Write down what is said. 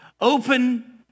open